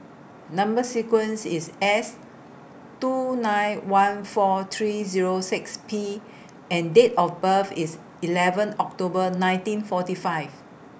Number sequence IS S two nine one four three Zero six P and Date of birth IS eleven October nineteen forty five